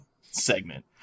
segment